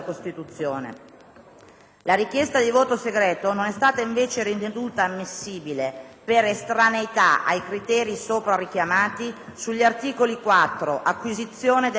La richiesta di voto segreto non è stata invece ritenuta ammissibile, per estraneità ai criteri sopra richiamati, sugli articoli 4 (acquisizione della cittadinanza),